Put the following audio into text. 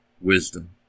wisdom